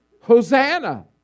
Hosanna